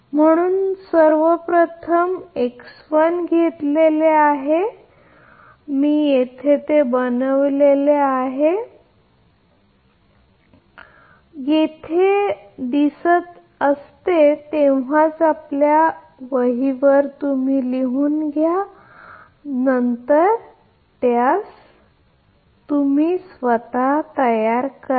म्हणून जर आपण प्रथम हे प्रथम घेतले तर ते मी येथे बनवित आहे जेव्हा मी येथून बनवितो तेव्हाच जेव्हा हे मुद्रण दिसते तेव्हा आपण फक्त आपल्या वहीवर लिहा आणि नंतर त्यास तयार करा